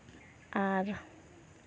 ᱟᱨ